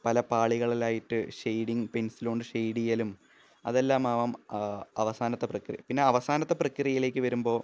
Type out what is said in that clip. പല പാളികളിലായിട്ട് shading pencil കൊണ്ട് ഷെയിഡ് ചെയ്യലും അതെല്ലാമാകാം ആ അവസാനത്തെ പ്രക്രിയ പിന്നെ അവസാനത്തെ പ്രക്രിയയിലേക്ക് വരുമ്പോൾ